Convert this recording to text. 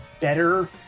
better